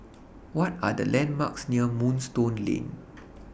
What Are The landmarks near Moonstone Lane